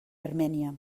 armènia